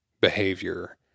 behavior